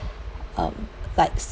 um likes